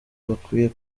bakwiye